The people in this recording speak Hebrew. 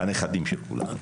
הנכדים של כולנו.